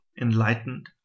enlightened